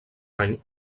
any